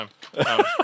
time